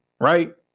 Right